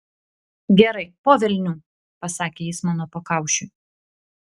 gerai po velnių pasakė jis mano pakaušiui